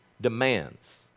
demands